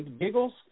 Giggles